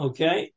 Okay